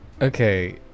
okay